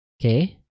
Okay